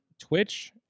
Twitch